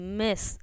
miss